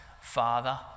father